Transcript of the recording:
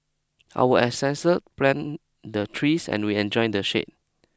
our ancestors planted the trees and we enjoy the shade